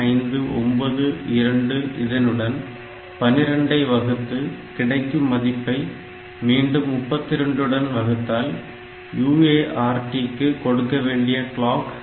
0592 இதனுடன் 12 ஐ வகுத்து கிடைக்கும் மதிப்பை மீண்டும் 32 உடன் வகுத்தால் UART க்கு கொடுக்கவேண்டிய கிளாக் கிடைக்கும்